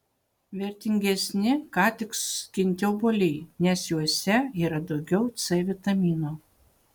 vertingesni ką tik skinti obuoliai nes juose yra daugiau c vitamino